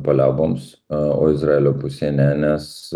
paliauboms o izraelio pusė ne nes